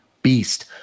beast